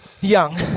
young